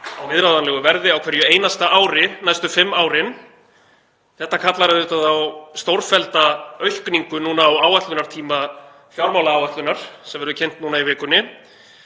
á viðráðanlegu verði á hverju einasta ári næstu fimm árin. Þetta kallar auðvitað á stórfellda aukningu á áætlunartíma fjármálaáætlunar sem verður kynnt núna í vikunni.